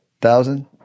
thousand